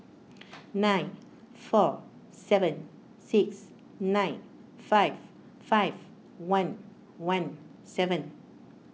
nine four seven six nine five five one one seven